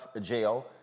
jail